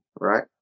right